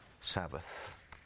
Sabbath